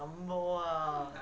lambo ah